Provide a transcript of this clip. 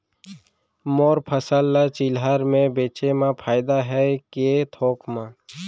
मोर फसल ल चिल्हर में बेचे म फायदा है के थोक म?